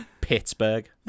Pittsburgh